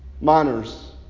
minors